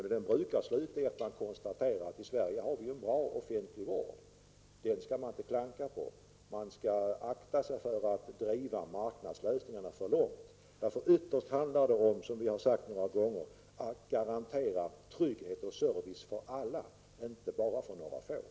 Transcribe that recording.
Men det brukar bli så i slutänden att man konstaterar att vi i Sverige har en bra offentlig vård som man inte skall klanka på. Dessutom skall man akta sig för att driva marknadslösningarna för långt. Ytterst handlar det, som vi har sagt några gånger, om att garantera trygghet och service åt alla, inte bara åt ett fåtal.